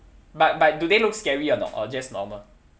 but but do they look scary or not or just normal